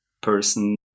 person